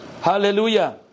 Hallelujah